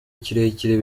kirekire